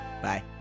Bye